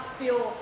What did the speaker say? feel